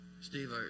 Steve